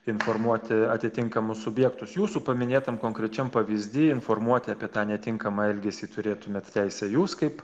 informuoti atitinkamus subjektus jūsų paminėtam konkrečiam pavyzdy informuoti apie tą netinkamą elgesį turėtumėt teisę jūs kaip